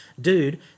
dude